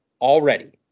already